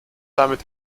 damit